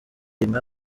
inka